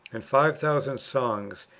and five thousand songs,